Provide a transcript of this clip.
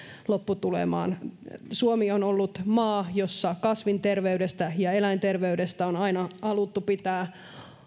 lopputulemaan suomi on ollut maa jossa kasvinterveydestä ja eläinterveydestä on aina haluttu pitää